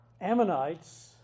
Ammonites